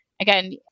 again